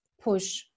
push